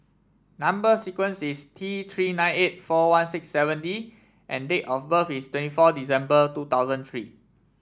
number sequence is T Three nine eight four one six seven D and date of birth is twenty four December two thousand three